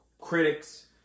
critics